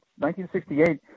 1968